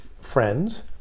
friends